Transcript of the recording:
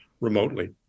remotely